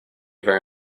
very